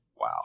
Wow